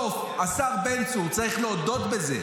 השר בן צור, דה-פקטו, בסוף, צריך להודות בזה,